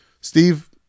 Steve